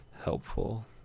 helpful